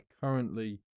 currently